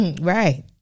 right